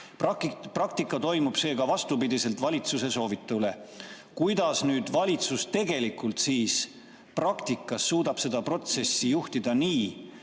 Praktika toimub seega vastupidi valitsuse soovitule. Kuidas valitsus siis praktikas suudab seda protsessi juhtida nii,